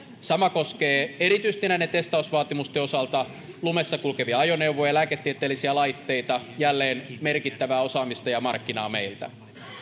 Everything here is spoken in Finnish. sama koskee erityisesti näiden testausvaatimusten osalta lumessa kulkevia ajoneuvoja lääketieteellisiä laitteita jälleen merkittävää osaamista ja markkinaa meiltä